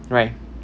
right